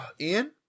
Ian